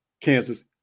Kansas